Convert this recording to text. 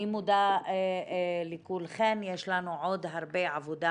אני מודה לכולכן, יש לנו עוד הרבה עבודה